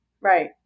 Right